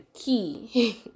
key